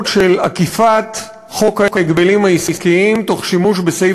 של אכיפת חוק ההגבלים העסקיים תוך שימוש בסעיף